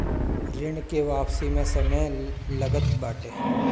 ऋण के वापसी में समय लगते बाटे